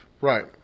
Right